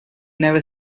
never